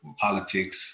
politics